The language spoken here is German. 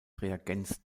reagenz